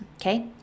Okay